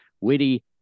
witty